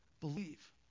Believe